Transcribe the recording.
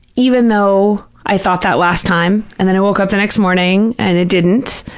even though i thought that last time and then i woke up the next morning and it didn't.